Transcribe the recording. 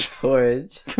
George